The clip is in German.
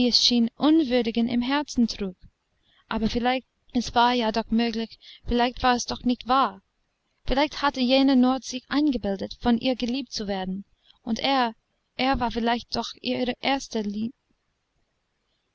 schien unwürdigen im herzen trug aber vielleicht es war ja doch möglich vielleicht war es doch nicht wahr vielleicht hatte jener nur sich eingebildet von ihr geliebt zu werden und er er war vielleicht doch ihre erste